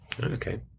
Okay